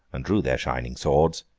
and drew their shining swords,